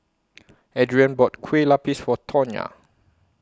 Adriane bought Kueh Lapis For Tawnya